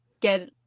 get